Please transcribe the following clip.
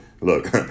look